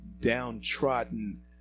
downtrodden